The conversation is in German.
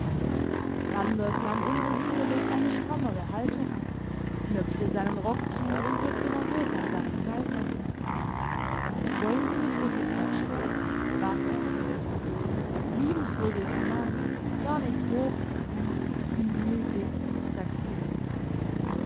randers nahm unwillkürlich eine strammere haltung an knöpfte seinen rock zu und rückte nervös an seinem kneifer wollen sie mich bitte vorstellen bat er liebenswürdiger mann gar nicht hoch m m mütig sagte petersen